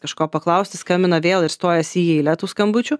kažko paklausti skambina vėl ir stojasi į eilę tų skambučių